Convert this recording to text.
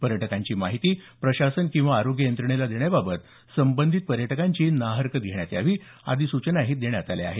पर्यटकांची माहिती प्रशासन किंवा आरोग्य यंत्रणेला देण्याबाबत संबंधीत पर्यटकांची ना हरकत घेण्यात यावी आदी सूचना देण्यात आल्या आहेत